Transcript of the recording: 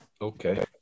okay